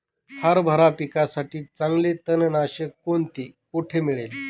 हरभरा पिकासाठी चांगले तणनाशक कोणते, कोठे मिळेल?